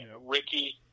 Ricky